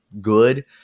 good